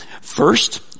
First